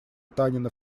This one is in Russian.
танина